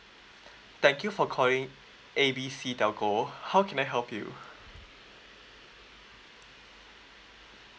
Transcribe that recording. thank you for calling A B C telco how can I help you